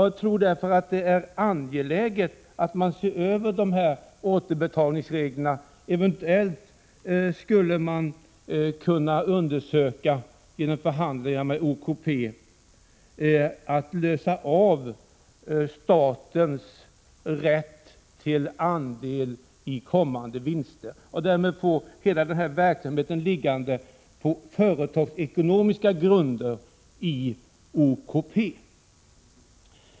Jag tror därför att det är angeläget att man ser över återbetalningsreglerna. Eventuellt skulle man vid förhandlingar med OKP kunna undersöka om man kan lösa ut statens rätt till andel i kommande vinster och därmed få hela verksamheten i OKP vilande på företagsekonomiska grunder.